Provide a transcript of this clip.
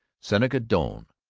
seneca doane,